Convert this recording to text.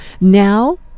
now